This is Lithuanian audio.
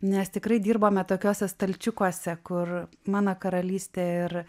nes tikrai dirbome tokiuose stalčiukuose kur mano karalystė ir